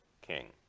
king